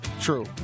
True